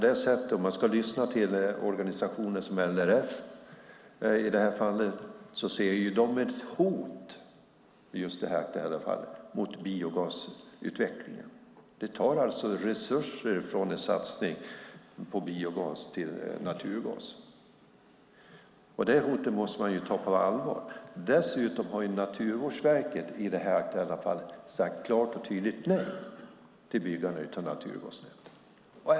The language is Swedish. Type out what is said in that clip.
En organisation som LRF ser ett hot mot biogasutvecklingen. Det tar resurser från en satsning på biogas. Det hotet måste man ta på allvar. Naturvårdsverket har klart och tydligt sagt nej till ett byggande av naturgasnät.